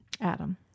Adam